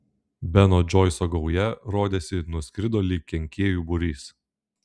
beno džoiso gauja rodėsi nuskrido lyg kenkėjų būrys